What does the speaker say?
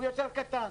הוא יותר קטן.